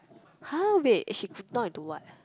!huh! wait she knock into what